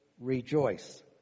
Rejoice